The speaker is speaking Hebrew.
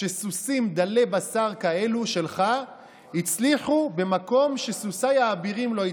שסוסים דלי בשר כאלה שלך הצליחו במקום שסוסיי האבירים לא הצליחו?